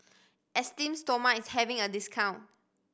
Esteem Stoma is having a discount